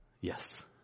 Yes